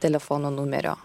telefono numerio